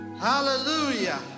Hallelujah